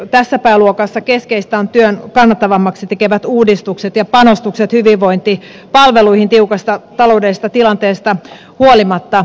tässä pääluokassa keskeistä ovat työn kannattavammaksi tekevät uudistukset ja panostukset hyvinvointipalveluihin tiukasta taloudellisesta tilanteesta huolimatta